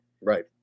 right